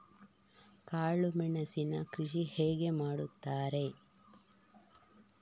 ಕಾಳು ಮೆಣಸಿನ ಕೃಷಿ ಹೇಗೆ ಮಾಡುತ್ತಾರೆ?